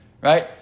right